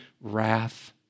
wrath